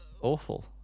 awful